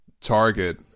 target